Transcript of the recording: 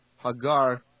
Hagar